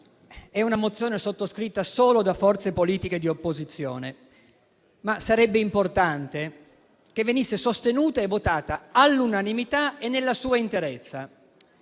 è stata sottoscritta solo da forze politiche di opposizione, ma sarebbe importante che venisse sostenuta e votata all'unanimità e nella sua interezza,